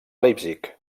leipzig